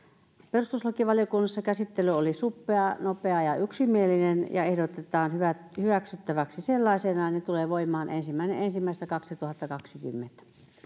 perustuslakivaliokunnassa käsittely oli suppea nopea ja yksimielinen muutos ehdotetaan hyväksyttäväksi sellaisenaan ja se tulee voimaan ensimmäinen ensimmäistä kaksituhattakaksikymmentä